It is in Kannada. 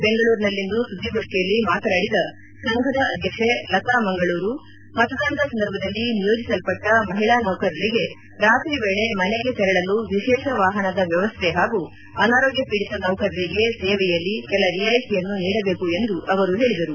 ಬೆಂಗಳೂರಿನಲ್ಲಿಂದು ಸುದ್ದಿಗೋಷ್ಠಿಯಲ್ಲಿ ಮಾತನಾಡಿದ ಸಂಘದ ಅಧ್ಯಕ್ಷೆ ಲತಾ ಮಂಗಳೂರು ಚುನಾವಣಾ ಮತದಾನ ಸಂದರ್ಭದಲ್ಲಿ ನಿಯೋಜಿಸಲ್ಪಟ್ಟ ಮಹಿಳಾ ನೌಕರರಿಗೆ ರಾತ್ರಿ ವೇಳೆ ಮನೆಗೆ ತೆರಳಲು ವಿಶೇಷ ವಾಹನದ ವ್ನವಸ್ಥೆ ಹಾಗೂ ಅನಾರೋಗ್ಯ ಪೀಡಿತ ನೌಕರರಿಗೆ ಸೇವೆಯಲ್ಲಿ ಕೆಲ ರಿಯಾಯಿತಿಯನ್ನು ನೀಡಬೇಕು ಎಂದು ಹೇಳಿದರು